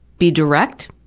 be direct,